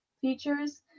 features